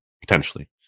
potentially